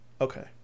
Okay